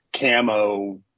camo